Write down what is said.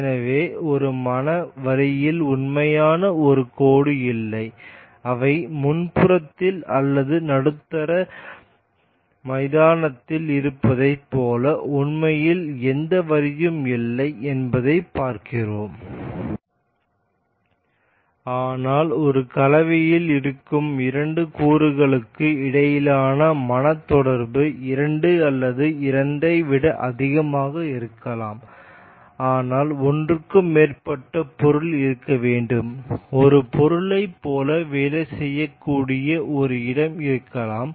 எனவே ஒரு மன வரியில் உண்மையான ஒரு கோடு இல்லை அவை முன்புறத்தில் அல்லது நடுத்தர மைதானத்தில் இருப்பதைப் போல உண்மையில் எந்த வரியும் இல்லை என்பதை பார்க்கிறோம் ஆனால் ஒரு கலவையில் இருக்கும் இரண்டு கூறுகளுக்கு இடையிலான மன தொடர்பு 2 அல்லது 2 ஐ விட அதிகமாக இருக்கலாம் ஆனால் ஒன்றுக்கு மேற்பட்ட பொருள் இருக்க வேண்டும் ஒரு பொருளைப் போல வேலை செய்யக்கூடிய ஒரு இடம் இருக்கலாம்